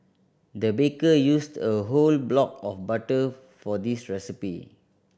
the baker used a whole block of butter for this recipe